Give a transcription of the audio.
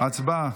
הצבעה.